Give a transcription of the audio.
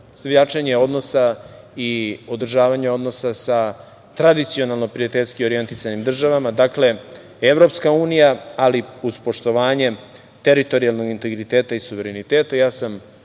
i jačanje i održavanje odnosa sa tradicionalno prijateljski orjentisanim državama. Dakle, EU, ali uz poštovanje teritorijalnog integriteta i suvereniteta. Ja